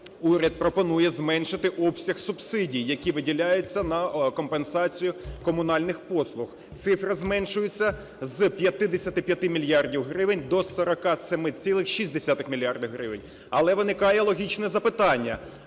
уряд пропонує зменшити обсяг субсидій, які виділяються на компенсацію комунальних послуг, цифра зменшується з 55 мільярдів гривень до 47,6 мільярдів гривень. Але виникає логічне запитання: